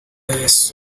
yesu